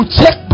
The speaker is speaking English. check